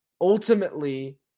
ultimately